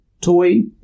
toy